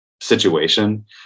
situation